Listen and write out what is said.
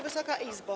Wysoka Izbo!